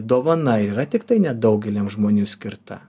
dovana yra tiktai nedaugeliem žmonių skirta